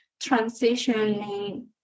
transitioning